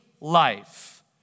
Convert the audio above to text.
life